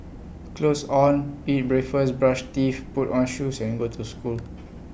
clothes on eat breakfast brush teeth put on shoes and go to school